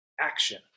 action